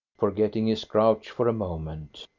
forgetting his grouch for a moment.